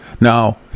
now